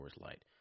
Light